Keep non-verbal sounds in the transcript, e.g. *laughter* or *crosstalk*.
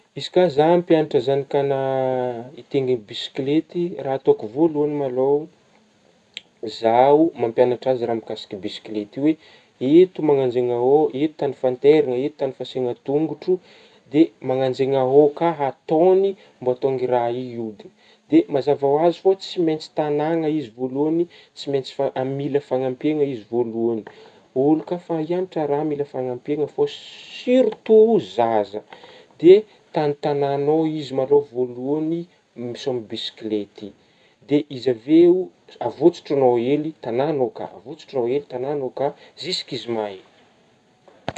Izy ka zah ampiagnatra zanakanah hitengigny bisikilety raha ataoko voalohany ma lô *noise* zaho mampianatra azy raha mikasika bisikilety io hoe ito mananjaina ô ito tagny fanteragna ito tagny fasiagna tongotro de mananjaina ô ka hataogny mba ahatonga raha io hiodina, de mazava hoazy fô tsy maintsy tanàgna izy voalohany tsy maintsy fa-amila-fanampiana izy voalohany, ôlo ka fa hianatra raha mila fanampiagna fô si-surtout zaza de tantanàgnao ma lô izy voalohany misôma bisikilety de izy avy eo a-avotsotragnao hely tanàgnao ka avotsotagnao hely tanàgnao ka zisky izy mahay.